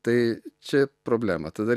tai čia problema tada